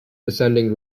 descending